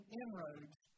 inroads